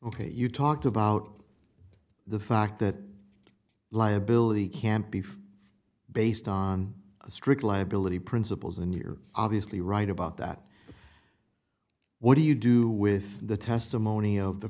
ok you talked about the fact that liability can't beef based on a strict liability principles and you're obviously right about that what do you do with the testimony of the